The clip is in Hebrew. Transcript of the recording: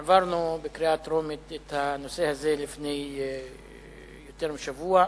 העברנו בקריאה טרומית את הנושא הזה לפני יותר משבוע,